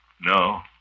No